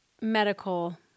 medical